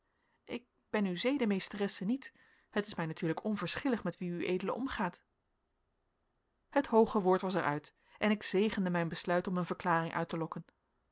ik ben uwe zedenmeesteresse niet het is mij natuurlijk onverschillig met wie ued omgaat het hooge woord was er uit en ik zegende mijn besluit om een verklaring uit te lokken